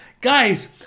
Guys